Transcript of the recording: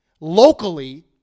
locally